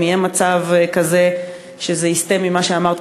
ואם יהיה מצב שזה יסטה ממה שאמרת,